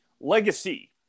Legacy